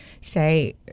say